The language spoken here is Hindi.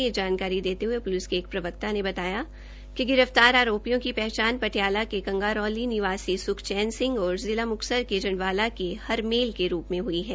यह जानकारी देते प्लिस के एक प्रवक्ता ने बताया कि गिरफ्तार आरोपियों की पहचान हये पटियाला के कंगारौली निवासी स्खचैन सिंह और जिला म्क्तसर के जंडवाला के हरमेल के रूप में ह्ई है